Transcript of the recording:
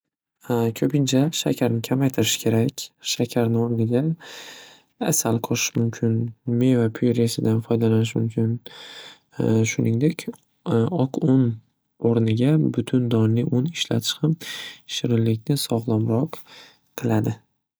Ko'pincha shakarni kamaytirish kerak. Shakarni o'rniga asal qo'shish mumkin. Meva pyuresidan foydanalish mumkin. Shuningdek oq un o'rniga butun donli un ishlatish ham shirinlikni sog'lomroq qiladi.